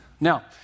Now